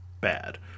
bad